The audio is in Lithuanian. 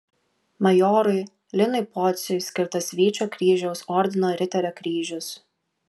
majorui linui pociui skirtas vyčio kryžiaus ordino riterio kryžius